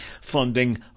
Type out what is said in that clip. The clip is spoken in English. funding